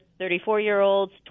34-year-olds